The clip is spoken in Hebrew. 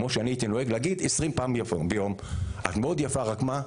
כמו שאני הייתי נוהג להגיד 20 פעם ביום: את מאוד יפה ורק מה?